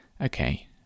okay